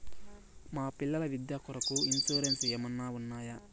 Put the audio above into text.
మా పిల్లల విద్య కొరకు ఇన్సూరెన్సు ఏమన్నా ఉన్నాయా?